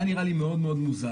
היה נראה לי מאוד מוזר.